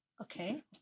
okay